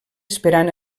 esperant